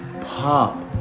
pop